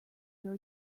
your